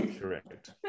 Correct